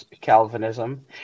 Calvinism